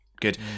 Good